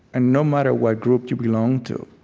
and no matter what group you belong to,